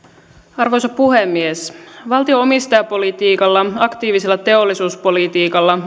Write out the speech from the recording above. arvoisa puhemies valtion omistajapolitiikalla aktiivisella teollisuuspolitiikalla